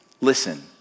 listen